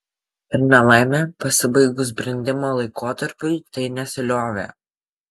ir nelaimė pasibaigus brendimo laikotarpiui tai nesiliovė